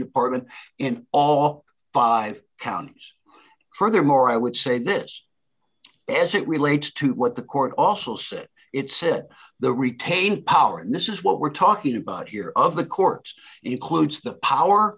department in all five counties furthermore i would say this as it relates to what the court also said it said the retain power and this is what we're talking about here of the court includes the power